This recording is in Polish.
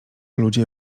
ludzie